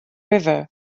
river